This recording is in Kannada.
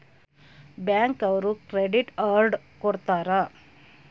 ಬ್ಯಾಂಕ್ ಅವ್ರು ಕ್ರೆಡಿಟ್ ಅರ್ಡ್ ಕೊಡ್ತಾರ